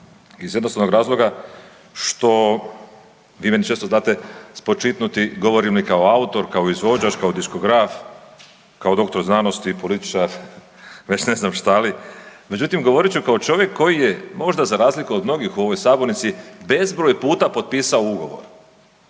iz jednostavnog razloga što vi meni često znate spočitnuti govori mi kao autor, kao izvođač, kao diskograf, kao dr.sc. i političar, već ne znam šta li, međutim, govorit ću kao čovjek koji je možda za razliku od mnogih u ovoj sabornici bezbroj puta potpisao ugovor.